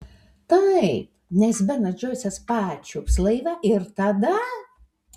taip nes benas džoisas pačiups laivą ir tada